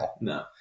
No